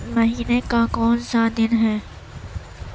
مہینے کا کون سا دن ہے